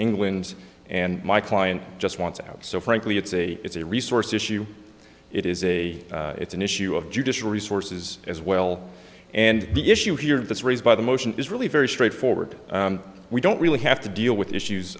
england and my client just wants out so frankly it's a it's a resource issue it is a it's an issue of judicial resources as well and the issue here that's raised by the motion is really very straightforward we don't really have to deal with issues